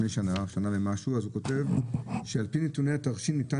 שנה ומשהו אז הוא כותב שעל פי נתוני התרשים ניתן